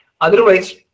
otherwise